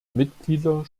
mitglieder